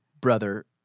brother